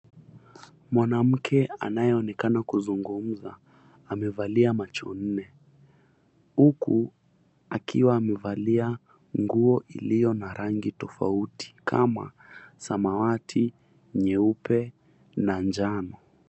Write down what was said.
Mwanamke anayeonekana kuzungumza amevalia macho nne, huku akiwa amevalia nguo iliyo na rangi tofauti kama samawati, nyeupe na njano.